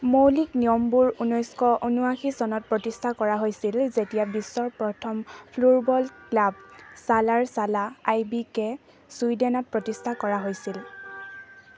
মৌলিক নিয়মবোৰ ঊনৈছশ ঊনাশী চনত প্ৰতিষ্ঠা কৰা হৈছিল যেতিয়া বিশ্বৰ প্ৰথম ফ্ল'ৰবল ক্লাব ছালাৰ ছালা আই বি কে ছুইডেনত প্ৰতিষ্ঠা কৰা হৈছিল